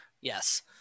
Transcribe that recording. Yes